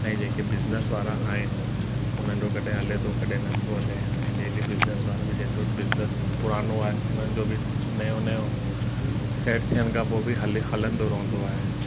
ऐं जेके बिज़नेस वारा आहिनि हुननि जो कॾहिं हले थो कॾहिं नथो हले ऐं डेली बिज़निस वारा बि जंहिंजो बिज़नेस पुराणो आहे उन्हनि जो बि नयो नयो सेट थियण खां पोइ बि हले हलंदो रहंदो आहे